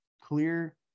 clear